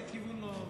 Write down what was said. מאיזה כיוון זה?